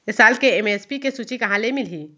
ए साल के एम.एस.पी के सूची कहाँ ले मिलही?